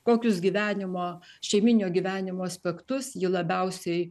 kokius gyvenimo šeimyninio gyvenimo aspektus ji labiausiai